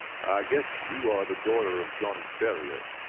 guess you are the daughter of john ferrier,